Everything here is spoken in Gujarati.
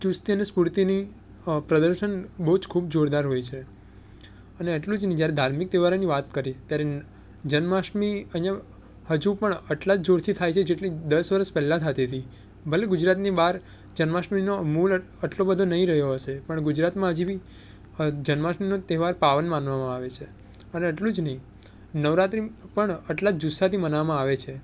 ચુસ્તી અને સ્ફૂર્તિની પ્રદર્શન બહુ જ ખૂબ જોરદાર હોય છે અને એટલું જ નહીં જ્યારે ધાર્મિક તહેવારોની વાત કરીએ ત્યારે જન્માષ્ટમી અહીંયાં હજુ પણ આટલા જ જોરથી થાય છે જેટલી દસ વર્ષ પહેલા થતી હતી ભલે ગુજરાતની બાર જન્માષ્ટમીનો મોલ એટલો બધો નહીં રહ્યો હશે પણ ગુજરાતમાં હજી બી જન્માષ્ટમીનો તહેવાર પાવન માનવામાં આવે છે અને એટલું જ નહીં નવરાત્રિ પણ આટલા જુસ્સાથી મનાવવામાં આવે છે